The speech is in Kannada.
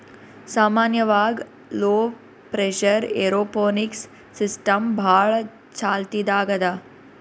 ಸಾಮಾನ್ಯವಾಗ್ ಲೋ ಪ್ರೆಷರ್ ಏರೋಪೋನಿಕ್ಸ್ ಸಿಸ್ಟಮ್ ಭಾಳ್ ಚಾಲ್ತಿದಾಗ್ ಅದಾ